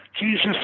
Jesus